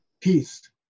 peace